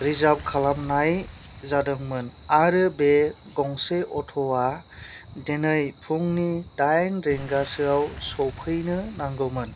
reserve खालामनाय जादोंमोन आरो बे गंसे अट'आ दिनै फुंनि दाइन रिंगासोयाव सफैनो नांगौमोन